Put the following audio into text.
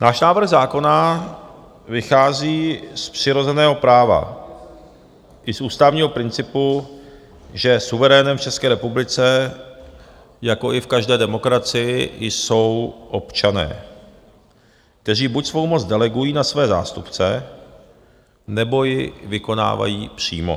Náš návrh zákona vychází z přirozeného práva i z ústavního principu, že suverénem v České republice, jako i v každé demokracii, jsou občané, kteří buď svou moc delegují na své zástupce, nebo ji vykonávají přímo.